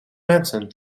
mensen